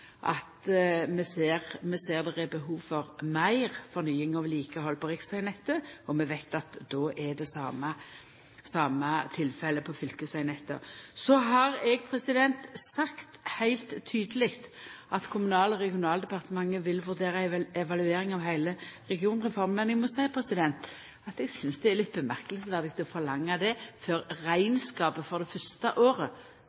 fornying og vedlikehald på riksvegnettet, og vi veit at då er det det same tilfellet på fylkesvegnettet. Eg har sagt heilt tydeleg at Kommunal- og regionaldepartementet vil vurdera ei evaluering av heile regionreforma, men eg må seie at eg synest det er litt påfallande å forlanga det før